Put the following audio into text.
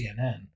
CNN